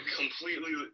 completely